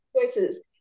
Choices